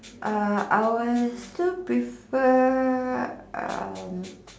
uh I'll still prefer err